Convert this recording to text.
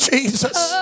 Jesus